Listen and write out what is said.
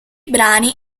brani